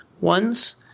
ones